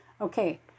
Okay